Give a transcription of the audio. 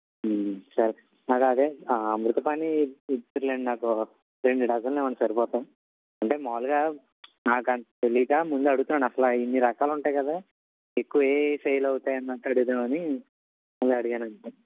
సరే నాకు అదే అమృతపాణి ఇస్తురు లెండి నాకు రెండు డజన్లు ఇవ్వండి సరిపోతాయి అంటే మాములుగా నాకంత తెలీక ముందు అడుగుతున్నాను అసలు ఇన్ని రకాలుంటాయి కదా ఎక్కువ ఏ ఏ సేల్ అవుతాయి అన్నట్టు అడుగుదామని ఇలా అడిగానండి